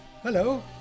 Hello